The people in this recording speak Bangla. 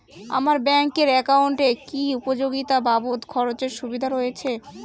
আমার ব্যাংক এর একাউন্টে কি উপযোগিতা বাবদ খরচের সুবিধা রয়েছে?